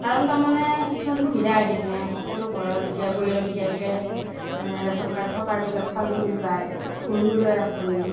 কাৰণ তাৰ মানে কিছুমান সুবিধা আহিল নে সকলো ঘৰৰ দুখীয়া পৰিয়ালৰ বিশেষকৈ মানে ৰেছন কাৰ্ড থকাৰ পিছত চাউলখিনি পায় তাৰ পাছত অৰুণোদয় আঁচনি